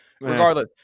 Regardless